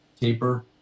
taper